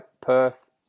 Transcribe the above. Perth